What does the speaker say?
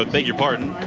ah beg your pardon.